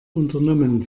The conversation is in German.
unternommen